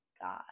God